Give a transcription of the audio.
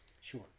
sure